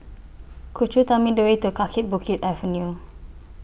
Could YOU Tell Me The Way to Kaki Bukit Avenue